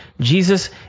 Jesus